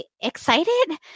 excited